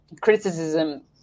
criticism